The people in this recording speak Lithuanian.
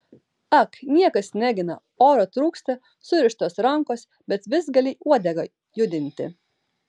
ak niekas negina oro trūksta surištos rankos bet vis gali uodegą judinti